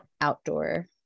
outdoor